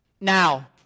Now